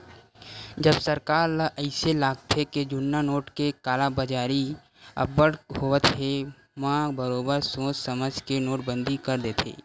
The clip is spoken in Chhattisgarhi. जब सरकार ल अइसे लागथे के जुन्ना नोट के कालाबजारी अब्बड़ होवत हे म बरोबर सोच समझ के नोटबंदी कर देथे